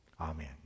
amen